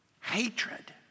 hatred